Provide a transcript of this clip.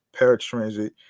paratransit